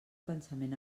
pensament